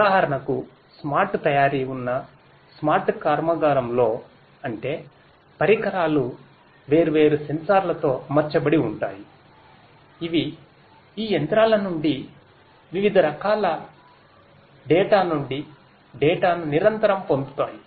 ఉదాహరణకు స్మార్ట్ తయారీ ఉన్న స్మార్ట్ కర్మాగారం లోఅంటే పరికరాలు వేర్వేరు స్మార్ట్ సెన్సార్లతో అమర్చబడి ఉంటాయి ఇవి ఈ యంత్రాల నుండి వివిధ రకాల డేటా ను నిరంతరం పొంధు తాయి